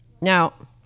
Now